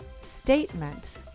statement